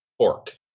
pork